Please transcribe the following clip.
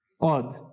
odd